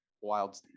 wild